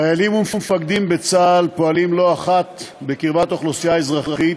חיילים ומפקדים בצה"ל פועלים לא אחת בקרבת אוכלוסייה אזרחית,